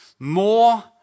more